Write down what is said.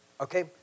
Okay